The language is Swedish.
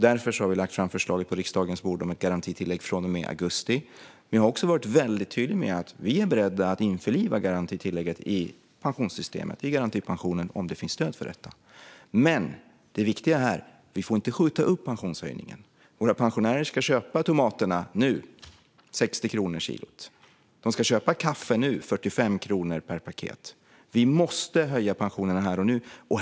Därför har vi lagt fram ett förslag på riksdagens bord om ett garantitillägg från och med augusti. Vi har också varit väldigt tydliga med att vi är beredda att införliva garantitillägget i pensionssystemet och i garantipensionen om det finns stöd för detta. Det viktiga är att vi inte får skjuta upp pensionshöjningen. Det är nu våra pensionärer ska köpa tomater för 60 kronor kilot och kaffe för 45 kronor per paket. Vi måste höja pensionerna här och nu.